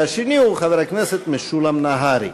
והשני הוא חבר הכנסת משולם נהרי.